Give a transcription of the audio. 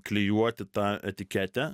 klijuoti tą etiketę